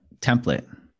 template